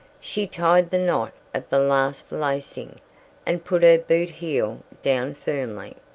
she tied the knot of the last lacing and put her boot-heel down firmly.